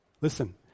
Listen